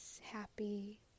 happy